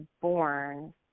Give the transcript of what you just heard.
born